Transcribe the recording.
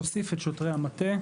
תוסיף את שוטרי המטה,